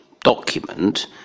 document